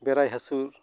ᱵᱮᱲᱟᱭ ᱦᱟᱹᱥᱩᱨ